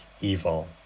evil